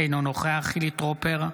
אינו נוכח חילי טרופר,